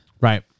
Right